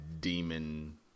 demon